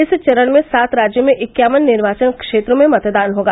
इस चरण में सात राज्यों में इक्यावन निर्वाचन क्षेत्रों में मतदान होगा